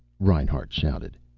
reinhart shouted.